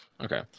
Okay